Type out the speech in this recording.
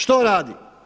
Što radi?